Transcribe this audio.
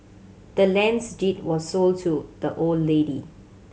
the land's deed was sold to the old lady